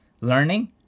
learning